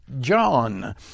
John